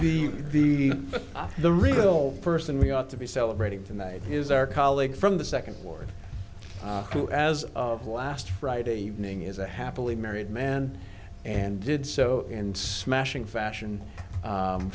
be the the real person we ought to be celebrating tonight is our colleague from the second ward who as of last friday evening is a happily married man and did so in smashing fashion